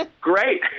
Great